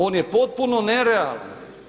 On je potpuno nerealan.